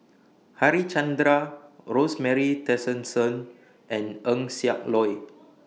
Harichandra Rosemary Tessensohn and Eng Siak Loy